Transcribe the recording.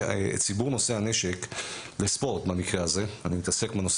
ציבור נושאי הנשק לספורט במקרה הזה - אני מתעסק בנושא